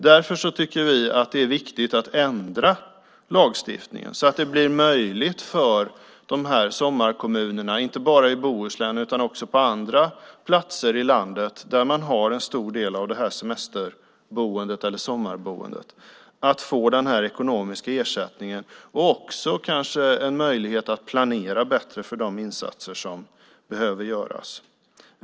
Därför tycker vi att det är viktigt att ändra lagstiftningen så att det blir möjligt för sommarkommunerna, inte bara i Bohuslän utan också på andra platser i landet där det finns en stor del sommarboende, att få den ekonomiska ersättningen och en möjlighet att planera bättre för de insatser som behöver göras.